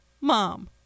Mom